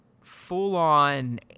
full-on